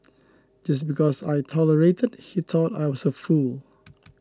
just because I tolerated he thought I was a fool